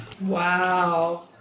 Wow